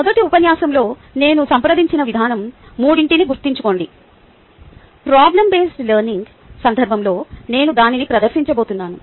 మొదటి ఉపన్యాసంలో నేను సంప్రదించిన విధానం 3 ని గుర్తుంచుకోండి ప్రాబ్లమ్ బేస్డ్ లెర్నింగ్ సందర్భంలో నేను దానిని ప్రదర్శించబోతున్నాను